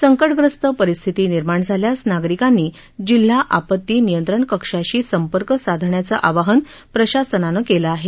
संकटग्रस्त परिस्थिती निर्माण झाल्यास नागरिकांनी जिल्हा आपत्ती नियंत्रण कक्षाशी संपर्क साधण्याचं आवाहन प्रशासन कडून करण्यात आलं आहे